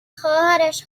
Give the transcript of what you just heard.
خواهرش